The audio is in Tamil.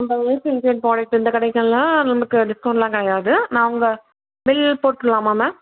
நம்ப ஹெல்த் இன்க்ரீடியன்ட் ப்ராடக்ட்டு இந்த கடைக்கெல்லாம் நமக்கு டிஸ்கவுண்ட்லாம் கிடையாது நான் உங்கள் பில் போட்டுலாமா மேம்